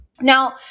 now